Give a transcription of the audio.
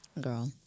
Girl